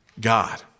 God